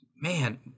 man